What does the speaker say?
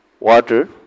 water